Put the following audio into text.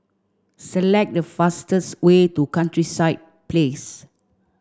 select the fastest way to Countryside Place